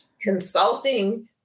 consulting